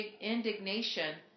indignation